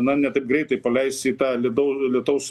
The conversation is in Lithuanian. na ne taip greitai paleis į tą lidau lietaus